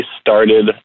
started